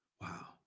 Wow